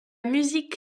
musique